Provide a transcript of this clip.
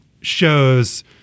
shows